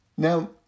Now